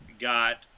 got